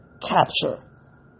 capture